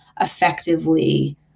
effectively